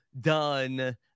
done